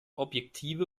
objektive